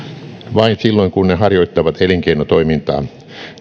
vain silloin kun ne harjoittavat elinkeinotoimintaa